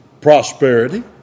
prosperity